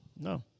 No